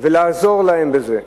ולעזור להם בזה,